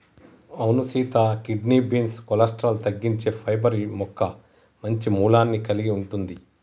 అవును సీత kidney beans cholesterol తగ్గించే పైబర్ మొక్క మంచి మూలాన్ని కలిగి ఉంటుంది